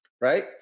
right